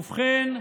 ובכן,